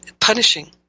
punishing